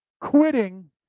quitting